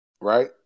right